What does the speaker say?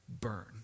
burn